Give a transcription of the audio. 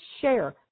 share